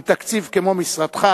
עם תקציב כמו של משרדך,